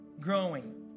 growing